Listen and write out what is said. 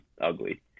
ugly